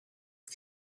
ich